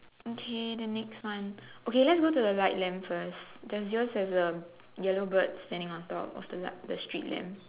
okay the next one okay let's go to the light lamp first does yours have the yellow bird standing on top of the light the street lamp